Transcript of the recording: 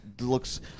looks